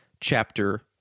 chapter